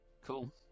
Cool